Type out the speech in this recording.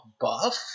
buff